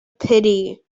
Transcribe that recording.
pity